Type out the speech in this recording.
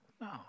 No